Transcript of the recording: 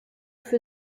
für